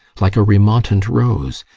like a remontant rose.